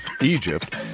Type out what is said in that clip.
Egypt